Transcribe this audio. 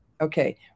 Okay